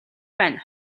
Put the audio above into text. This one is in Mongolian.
байна